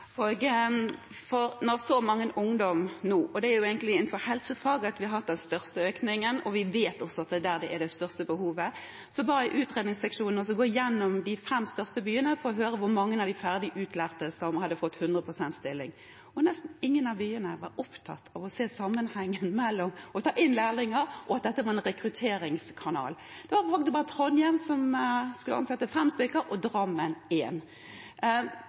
Når så mange ungdommer nå velger helsefag – det er egentlig innenfor helsefag at vi har hatt den største økningen, og vi vet at behovet er størst der – ba jeg utredningsseksjonen om å gå gjennom de fem største byene for å se hvor mange av de ferdig utlærte som hadde fått 100 pst. stilling. Nesten ingen av byene var opptatt av å se sammenhengen mellom det å ta inn lærlinger og at dette er en rekrutteringskanal. Det var faktisk bare Trondheim som skulle ansette fem stykker, og Drammen én. Man gjør en